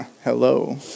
Hello